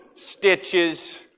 stitches